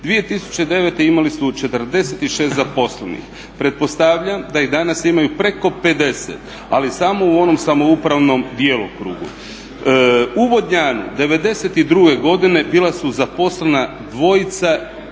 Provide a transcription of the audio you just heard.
2009. imali su 46 zaposlenih, pretpostavljam da i danas imaju preko 50, ali samo u onom samoupravnom djelokrugu. U Vodnjanu '92. godine bila su zaposlena dvojica u